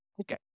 Okay